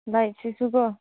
ꯂꯥꯏꯠꯁꯤꯁꯨꯀꯣ